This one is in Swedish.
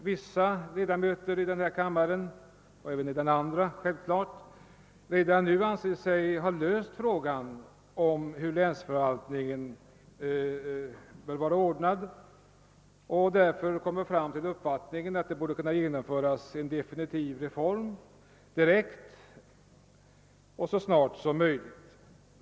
Vissa ledamöter av denna kammare och även av första kammaren anser sig redan nu ha löst frågan hur länsförvaltningen bör vara ordnad och menar därför att en definitiv reform bör kunna genomföras direkt och så snart som möjligt.